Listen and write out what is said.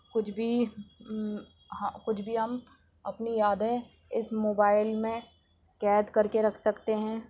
کچھ بھی کچھ بھی ہم اپنی یادیں اس موبائل میں قید کر کے رکھ سکتے ہیں